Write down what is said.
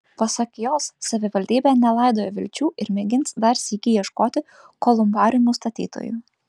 pasak jos savivaldybė nelaidoja vilčių ir mėgins dar sykį ieškoti kolumbariumų statytojų